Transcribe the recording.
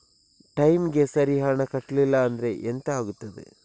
ಟೈಮಿಗೆ ಸರಿ ಹಣ ಕಟ್ಟಲಿಲ್ಲ ಅಂದ್ರೆ ಎಂಥ ಆಗುತ್ತೆ?